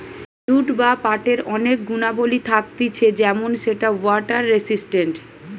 jute বা পাটের অনেক গুণাবলী থাকতিছে যেমন সেটা ওয়াটার রেসিস্টেন্ট